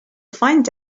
find